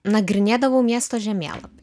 nagrinėdavau miesto žemėlapį